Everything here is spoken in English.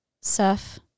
surf